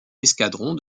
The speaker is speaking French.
escadron